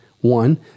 One